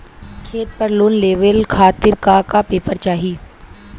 खेत पर लोन लेवल खातिर का का पेपर चाही?